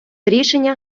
рішення